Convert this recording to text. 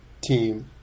team